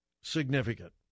significant